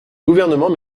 gouvernement